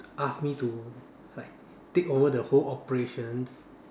asked me to like take over the whole operations